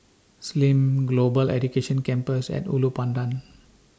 SIM Global Education Campus At Ulu Pandan